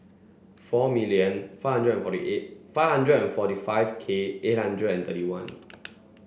four million five hundred and forty eight five hundred and forty five K eight hundred and thirty one